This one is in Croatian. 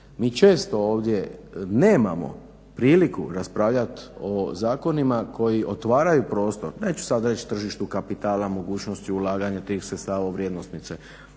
Mi često ovdje nemamo priliku raspravljati o zakonima koji otvaraju prostor, neću sada reći tržištu kapitala, mogućnosti ulaganja tih sredstava u vrijednosnice